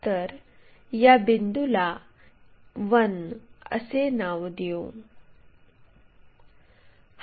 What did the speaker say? तर या बिंदूला 1 असे नाव देऊ